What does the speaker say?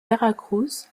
veracruz